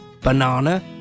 banana